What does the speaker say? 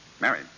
Married